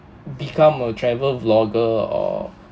become a travel vlogger or